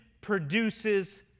produces